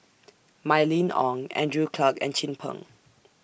Mylene Ong Andrew Clarke and Chin Peng